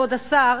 כבוד השר,